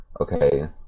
okay